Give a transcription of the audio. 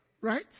Right